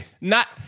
not-